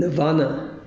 achieve